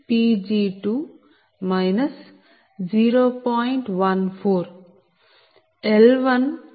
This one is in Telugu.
L1 ఇవ్వబడింది